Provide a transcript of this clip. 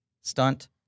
stunt